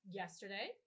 yesterday